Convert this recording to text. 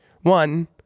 One